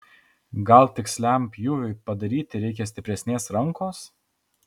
gal tiksliam pjūviui padaryti reikia stipresnės rankos